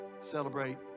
celebrate